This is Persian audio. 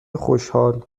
خوشحال